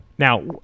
Now